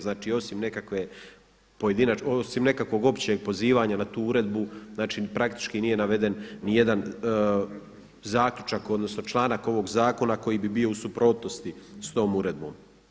Znači osim nekakvog općeg pozivanja na tu uredbu praktički nije naveden nijedan zaključak odnosno članak ovog zakona koji bi bio u suprotnosti s tom uredbom.